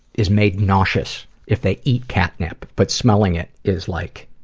is made nauseous, if they eat catnip, but smelling it, is like,